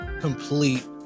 complete